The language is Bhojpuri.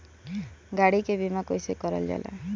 गाड़ी के बीमा कईसे करल जाला?